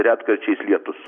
retkarčiais lietus